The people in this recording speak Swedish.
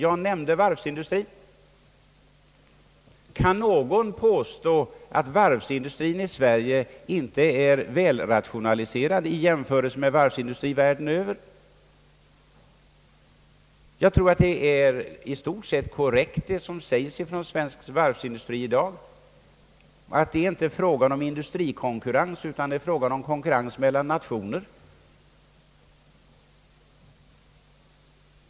Jag nämnde varvsindustrien. Kan någon påstå att varvsindustrien i Sverige inte är väl rationaliserad i jämförelse med varvsindustrien världen över? Jag tror att det som sägs från svensk varvsindustri i dag är i stort sett korrekt, nämligen att det inte är fråga om industrikonkurrens, utan om konkurrens mellan nationer.